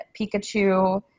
pikachu